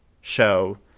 show